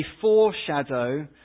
foreshadow